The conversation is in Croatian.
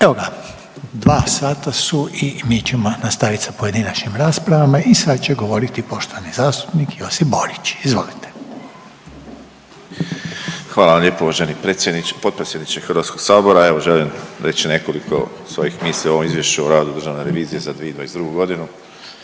Evo ga, 2 sata su i mi ćemo nastaviti sa pojedinačnim raspravama i sad će govoriti poštovani zastupnik Josip Borić, izvolite. **Borić, Josip (HDZ)** Hvala lijepo uvaženi predsjedniče, potpredsjedniče HS-a, evo, želim reći nekoliko svojih misli u ovom Izvješću o radu Državnog ureda za reviziju za 2022. g.